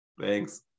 Thanks